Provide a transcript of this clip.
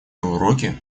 уроки